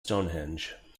stonehenge